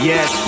Yes